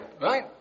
right